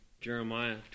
Jeremiah